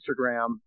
Instagram